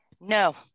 No